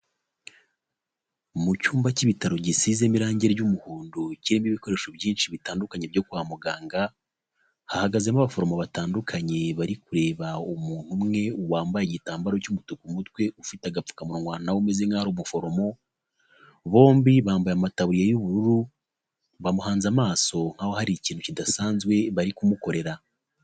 Mu cyumba cy'ibitaro gisize irangi ry'umuhondo kirimo ibikoresho byinshi bitandukanye byo kwa muganga, hahagazemo abaforomo batandukanye bari kureba umuntu umwe wambaye igitambaro cy'umutuku mutwe, ufite agapfukamunwa nawe umeze nkaho ari umuforomo, bombi bambaye amataburiya y'ubururu bamuhanze amaso nkaho hari ikintu kidasanzwe bari kumukorera.